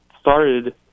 started